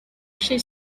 she